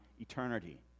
eternity